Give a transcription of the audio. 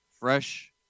Fresh